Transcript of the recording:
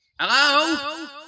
Hello